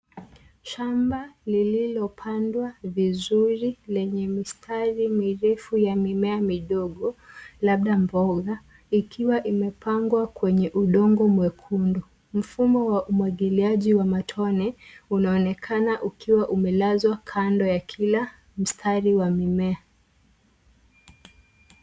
Shamba lililopandwa vizuri lenye mistari mirefu ya mimea midogo labda mboga ikiwa imepangwa kwenye udongo mwekundu. mfumo wa umwagiliaji wa matone unaonekana ukiwa umelazwa kando ya kila mstari wa mimea.